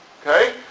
Okay